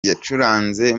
yacuranze